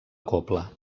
cobla